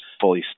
fully